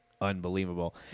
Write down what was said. Unbelievable